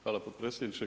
Hvala potpredsjedniče.